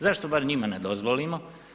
Zašto bar njima ne dozvolimo?